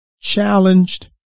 challenged